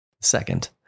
Second